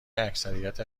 اکثریت